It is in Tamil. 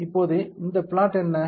இப்போது இந்த பிளாட் என்ன